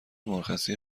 مرخصی